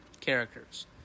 characters